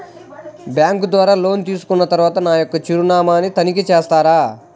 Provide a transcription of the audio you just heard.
Bank ద్వారా loan తీసుకున్న తరువాత నా యొక్క చిరునామాని తనిఖీ చేస్తారా?